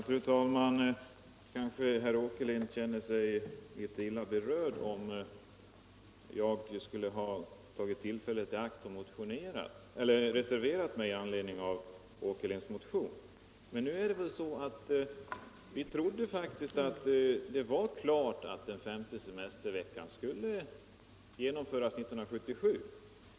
Fru talman! Kanske herr Åkerlind känner sig litet illa berörd av att jag har tagit tillfället i akt och reserverat mig i anledning av herr Åkerlinds motion. Nu är det så att vi faktiskt trodde att det var klart att en femte semestervecka skulle genomföras 1977.